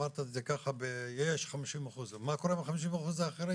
אמרת את זה, שיש 50%, מה קורה עם ה-50% האחרים?